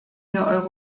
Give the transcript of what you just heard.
wir